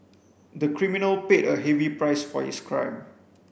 the criminal paid a heavy price for his crime